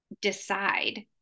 decide